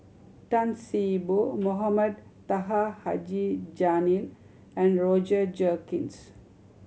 Tan See Boo Mohamed Taha Haji Jamil and Roger Jenkins